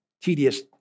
tedious